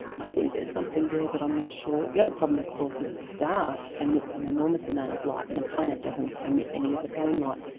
i think there's something there, but i'm not sure. the other problem of course is the star emits an enormous amount of light and a planet doesn't emit any of its own light.